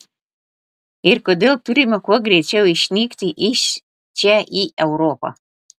ir kodėl turime kuo greičiau išnykti iš čia į europą